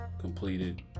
completed